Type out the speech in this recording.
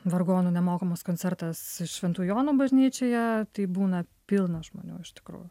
vargonų nemokamas koncertas šventų jonų bažnyčioje tai būna pilnas žmonių iš tikrųjų